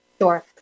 Sure